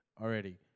already